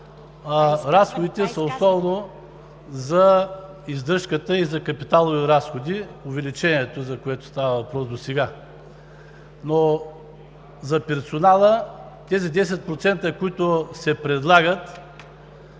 разходите са основно за издръжката и за капиталови разходи – увеличението, за което става въпрос досега. За персонала – тези 10%, които се предлагат